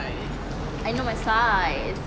I know my sizes